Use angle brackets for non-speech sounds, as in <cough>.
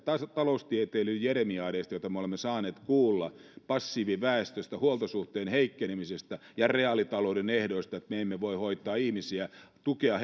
taloustieteilijöiden jeremiadeista joita me olemme saaneet kuulla passiiviväestöstä huoltosuhteen heikkenemisestä ja reaalitalouden ehdoista että me emme voi hoitaa ihmisiä tukea <unintelligible>